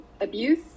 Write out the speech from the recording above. abuse